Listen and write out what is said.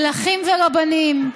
מלכים ורבנים,